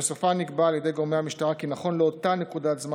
ובסופן נקבע על ידי גורמי המשטרה כי נכון לאותה נקודת זמן,